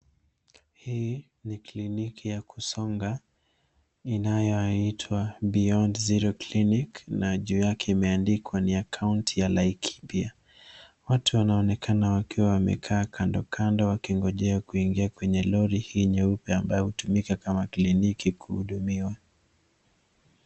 Hii ni kliniki ya kusonga inayoitwa (cs)beyond zero clinic(cs) na juu yake imeandikwa ni ya kaunti ya laikipia. Watu wanaonekana wakiwa wamekaa kando kando wakingojea kuingia kwenye Lori hii nyeupe ambayo hutumika kama kliniki kuhudumiwa.